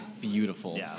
beautiful